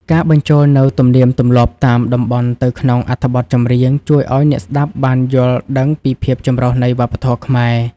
ការបញ្ចូលនូវទំនៀមទម្លាប់តាមតំបន់ទៅក្នុងអត្ថបទចម្រៀង ជួយឱ្យអ្នកស្តាប់បានយល់ដឹងពីភាពចម្រុះនៃវប្បធម៌ខ្មែរ។